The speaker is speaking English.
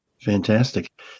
Fantastic